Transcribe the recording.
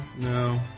no